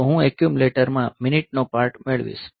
તો હું એક્યુમ્યુલેટર માં મિનિટનો પાર્ટ મેળવીશ